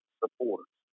supporters